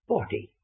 body